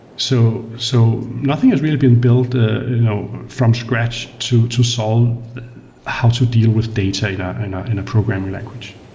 so so nothing has really been built ah you know from scratch to to solve how to deal with data in programmer language.